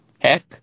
Heck